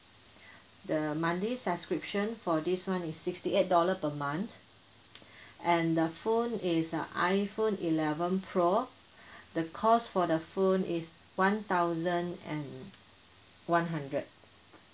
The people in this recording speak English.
the monthly subscription for this [one] is sixty eight dollar per month and the phone is a iphone eleven pro the cost for the phone is one thousand and one hundred